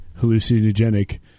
hallucinogenic